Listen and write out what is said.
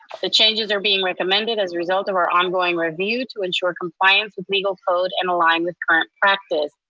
the changes are being recommended as a result of our ongoing review to ensure compliance with legal code and align with current practice.